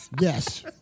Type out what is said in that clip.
Yes